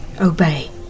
obey